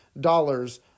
dollars